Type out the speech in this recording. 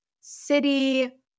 city